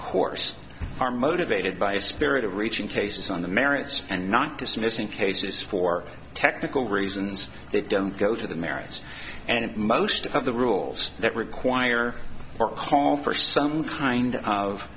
course are motivated by spirit of reaching cases on the merits and not dismissing cases for technical reasons that don't go to the merits and most of the rules that require our call for some kind of